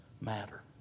matter